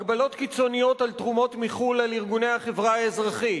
הגבלות קיצוניות על תרומות מחו"ל על ארגוני החברה האזרחית,